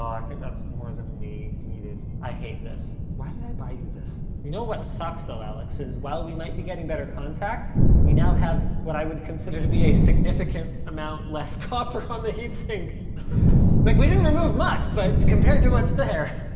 i think that's more than we needed. i hate this. why did i buy you this? you know what sucks though, alex, is well we might be getting better contact we now have what i would consider to be a significant amount less copper on the heatsink. like we didn't remove much, but compared to what's there.